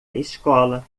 escola